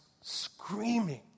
screaming